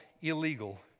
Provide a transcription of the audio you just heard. illegal